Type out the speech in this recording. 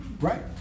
Right